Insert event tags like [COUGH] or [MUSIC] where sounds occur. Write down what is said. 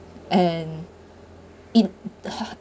and it [NOISE]